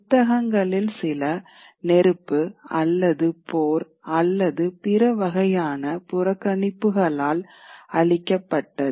புத்தகங்களில் சில நெருப்பு அல்லது போர் அல்லது பிற வகையான புறக்கணிப்புகளால் அழிக்கப்பட்டது